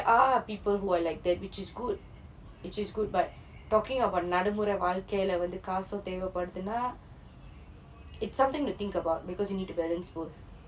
are people who are like that which is good which is good but talking about நடைமுறை வாழ்க்கையில்லே வந்து காசு தேவை படுதுனா:nadaimurai vaalkkayillae vanthu kaasu thevai paduthunaa it's something to think about because you need to balance both